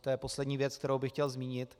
To je poslední věc, kterou bych chtěl zmínit.